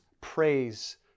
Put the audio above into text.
praise